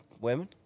women